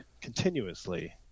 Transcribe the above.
continuously